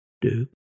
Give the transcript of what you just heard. Duke